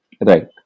Right